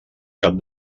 cap